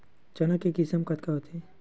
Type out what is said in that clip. चना के किसम कतका होथे?